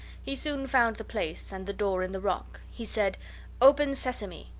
he soon found the place, and the door in the rock. he said open, sesame!